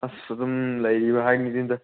ꯑꯁ ꯑꯗꯨꯝ ꯂꯩꯔꯤꯕ ꯍꯥꯏꯕꯗꯨꯅꯤꯗ